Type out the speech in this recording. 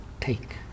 take